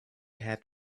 had